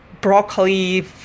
broccoli